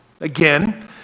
again